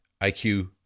IQ